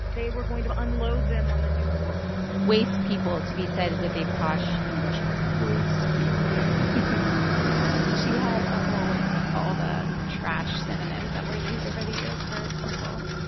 they were going to unload them on the new world waste people to be said with a posh english accent waste people yeah. she has a whole list of all the trash synonyms that were used over the years for people.